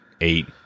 eight